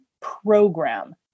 program